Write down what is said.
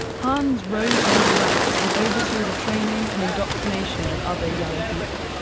hans rose through the ranks and oversaw the training and indoctrination of other young people.